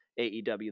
AEW